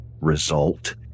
result